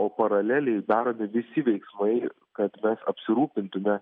o paraleliai daromi visi veiksmai kad mes apsirūpintumėme